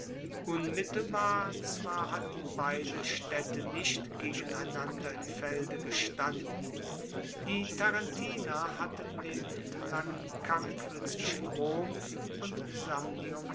unmittelbar zwar hatten beide staedte nicht gegeneinander im felde gestanden die tarentiner hatten dem langen kampfe zwischen rom und